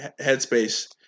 headspace